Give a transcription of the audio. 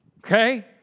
Okay